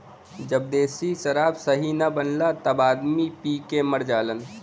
जब देशी शराब सही न बनला तब आदमी पी के मर जालन